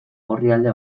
orrialde